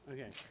Okay